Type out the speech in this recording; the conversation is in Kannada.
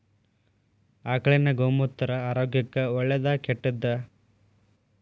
ಆಕಳಿನ ಗೋಮೂತ್ರ ಆರೋಗ್ಯಕ್ಕ ಒಳ್ಳೆದಾ ಕೆಟ್ಟದಾ?